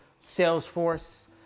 Salesforce